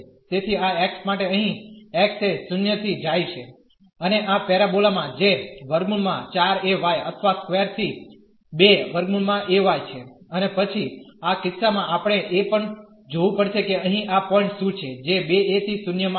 તેથી આ x માટે અહીં x એ 0 થી જાય છે અને આ પેરાબોલા માં જે √4ay અથવા સ્કવેર થી 2 √ay છે અને પછી આ કિસ્સા માં આપણે એ પણ જોવું પડશે કે અહીં આ પોઇન્ટ શું છે જે 2 a થી 0 માં આવશે